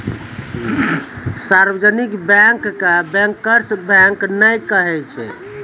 सार्जवनिक bank के bankers bank नै कहै छै